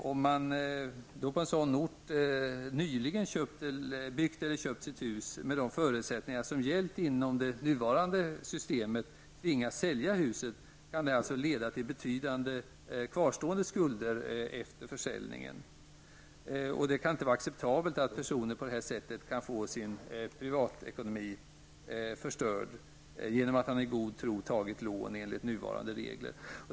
Om man på en sådan ort nyligen byggt eller köpt sitt hus under de förutsättningar som gällt inom det nuvarande systemet och tvingas sälja huset, kan det leda till betydande kvarstående skulder efter försäljningen. Det kan inte vara acceptabelt att människor kan få sin privatekonomi förstörd genom att man på detta sätti god tro tagit lån enligt nuvarande regler.